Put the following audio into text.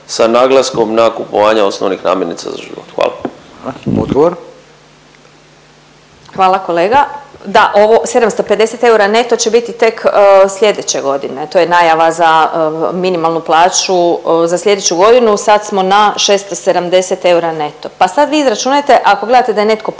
Hvala. Odgovor. **Glasovac, Sabina (SDP)** Hvala kolega. Da, ovo 750 eura neto će bit tek sljedeće godine, to je najava za minimalnu plaću za sljedeću godinu, sad smo na 670 eura neto, pa sad vi izračunajte ako gledate da je netko podstanar